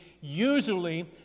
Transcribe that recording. usually